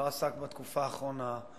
לא בתקופה האחרונה.